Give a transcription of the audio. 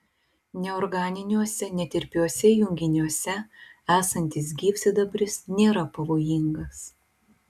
neorganiniuose netirpiuose junginiuose esantis gyvsidabris nėra pavojingas